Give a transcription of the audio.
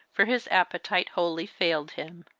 for his appetite wholly failed him.